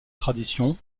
tradition